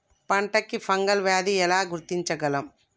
పంట కి ఫంగల్ వ్యాధి ని ఎలా గుర్తించగలం?